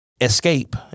escape